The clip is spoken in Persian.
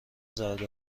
زرد